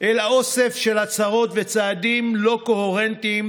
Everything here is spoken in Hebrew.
אלא אוסף של הצהרות וצעדים לא קוהרנטיים,